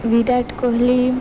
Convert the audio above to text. Virat Kohli